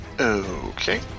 Okay